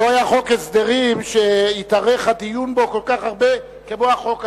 לא היה חוק הסדרים שהתארך הדיון בו כל כך הרבה כמו החוק הזה.